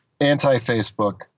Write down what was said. anti-Facebook